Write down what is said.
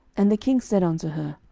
and the king said unto her,